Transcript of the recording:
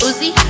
Uzi